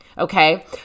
Okay